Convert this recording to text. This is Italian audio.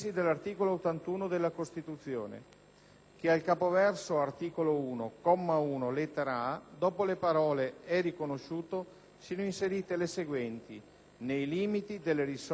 che al capoverso Art. 1, comma 1, lettera *a)*, dopo le parole: "è riconosciuto" siano inserite le seguenti: "nei limiti delle risorse di cui al comma 1090";